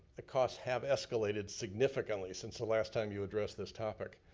the costs have escalated significantly since the last time you addressed this topic.